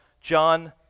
John